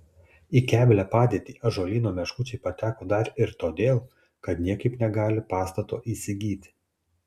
į keblią padėtį ąžuolyno meškučiai pateko dar ir todėl kad niekaip negali pastato įsigyti